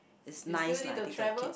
it's nice lah I think they have kids